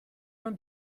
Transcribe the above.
non